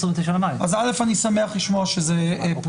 א', אני שמח לשמוע שזה פוצל.